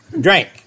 drink